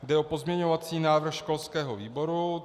Jde o pozměňovací návrh školského výboru.